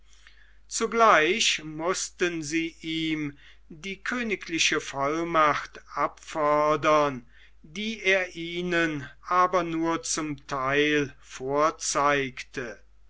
zugleich mußten sie ihm die königliche vollmacht abfordern die er ihnen aber nur zum theil vorzeigte